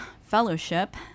fellowship